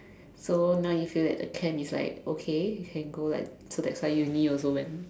so now you feel that the camp is like okay you can go like so that's why uni you also went